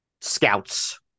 scouts